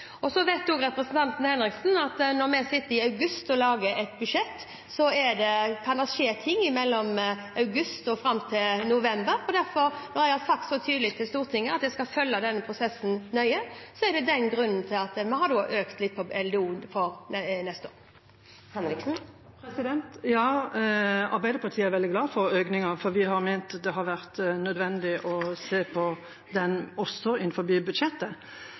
sagt så tydelig til Stortinget at jeg skal følge denne prosessen nøye, er det det som er grunnen til at vi har økt litt til LDO for neste år. Ja, Arbeiderpartiet er veldig glad for økningen, for vi har ment at det har vært nødvendig å se på den også innenfor budsjettet.